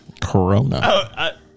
Corona